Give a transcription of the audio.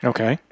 Okay